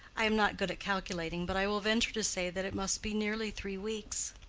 i am not good at calculating, but i will venture to say that it must be nearly three weeks.